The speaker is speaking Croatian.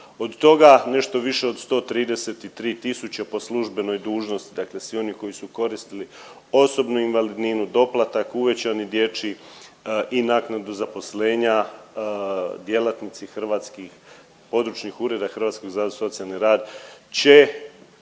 Od toga nešto više od 133 tisuće po službenoj dužnosti, dakle svi oni koji su koristili osobnu invalidninu, doplatak, uvećani dječji i naknadu zaposlenja djelatnici hrvatskih područnih ureda Hrvatskog zavoda za socijalni rad će